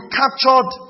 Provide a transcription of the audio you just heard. captured